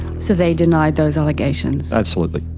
so they denied those allegations. absolutely.